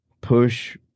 push